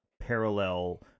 parallel